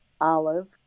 Olive